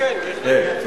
כן, בהחלט.